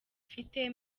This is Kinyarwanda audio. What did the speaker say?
afite